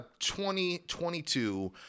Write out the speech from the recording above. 2022